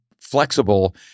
flexible